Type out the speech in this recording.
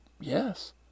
Yes